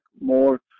more